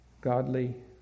godly